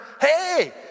Hey